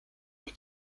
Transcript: aux